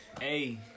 Hey